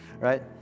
right